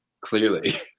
clearly